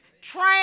train